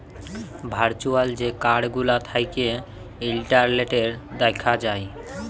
virtual যে card গুলা থ্যাকে ইলটারলেটে দ্যাখা যায়